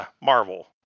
Marvel